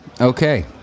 Okay